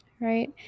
right